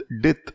death